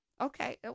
Okay